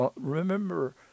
remember